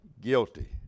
guilty